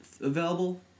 available